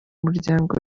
muryango